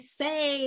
say